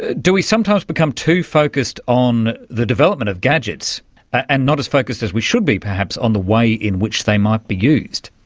do we sometimes become too focused on the development of gadgets and not as focused as we should be, perhaps, on the way in which they might be used?